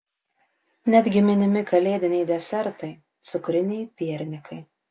netgi minimi kalėdiniai desertai cukriniai piernikai